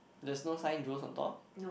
there's no sign Joe's on top